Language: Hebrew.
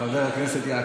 כפי שאמרתי, ידועה